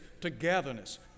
togetherness